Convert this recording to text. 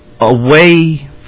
away